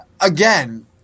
Again